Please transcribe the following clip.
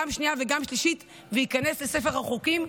גם שנייה וגם שלישית וייכנס לספר החוקים.